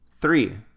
Three